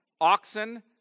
oxen